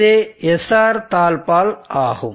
இது SR தாழ்ப்பாள் ஆகும்